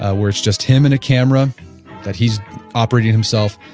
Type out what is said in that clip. ah where it's just him and a camera that he is operating himself,